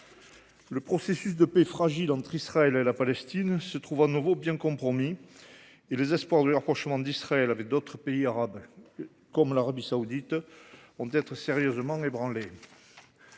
processus de paix entre Israël et la Palestine est à nouveau bien compromis et les espoirs de rapprochement d’Israël avec d’autres pays arabes, comme l’Arabie saoudite, vont être sérieusement ébranlés.